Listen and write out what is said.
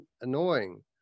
annoying